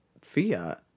Fiat